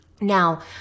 now